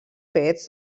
fets